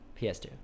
PS2